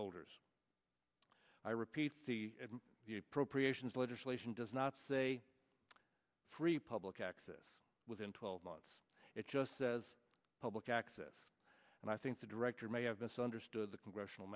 orders i repeat the appropriations legislation does not say free public access within twelve months it just says public access and i think the director may have misunderstood the congressional